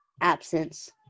absence